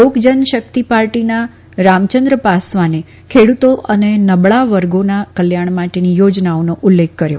લોકજનશક્તિ પાર્ટીના રામચંદ્ર પાસવાને ખેડૂતો અને નબળા વર્ગોના કલ્યાણ માટેની યોજનાઓનો ઉલ્લેખ કર્યો